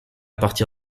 partir